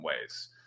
ways